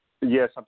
Yes